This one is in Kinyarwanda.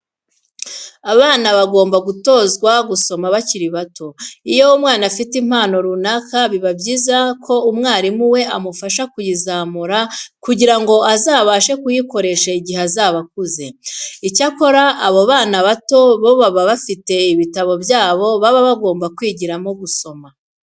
Abana bagomba gutozwe gusoma bakiri bato. Iyo umwana afite impano runaka biba byiza ko umwarimu we amufasha kuyizamura kugira ngo azabashe kuyikoresha igihe azaba akuze. Icyakora abana bato bo baba bafite ibitabo byabo baba bagomba kwigiramo gusoma.